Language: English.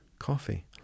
Coffee